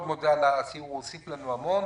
אז אני מאוד מודה על הסיור, הוא הוסיף לנו המון.